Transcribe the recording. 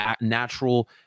natural